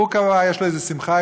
יש לו איזה שמחה,